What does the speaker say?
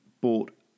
bought